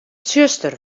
tsjuster